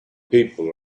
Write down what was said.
people